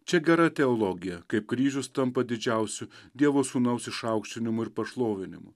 čia gera teologija kaip kryžius tampa didžiausiu dievo sūnaus išaukštinimu ir pašlovinimu